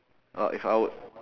uh if I would